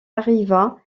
arriva